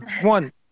One